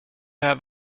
have